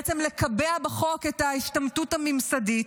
בעצם לקבע בחוק את ההשתמטות הממסדית.